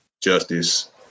Justice